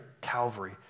Calvary